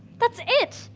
that's it,